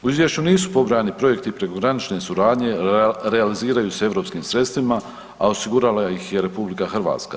U izvješću nisu pobrojani projekti prekogranične suradnje, realiziraju se europskim sredstvima, a osigurala ih je RH.